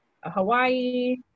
Hawaii